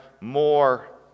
more